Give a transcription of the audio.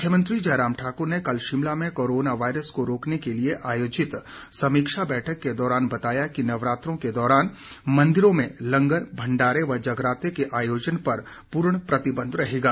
मुख्यमंत्री जयराम ठाकुर ने कल शिमला में कोरोना वायरस को रोकने के लिए आयोजित समीक्षा बैठक के दौरान बताया कि नवरात्रों के दौरान मंदिरों में लंगर भंडारे व जगरातें के आयोजन पर पूर्ण प्रतिबंध रहेगा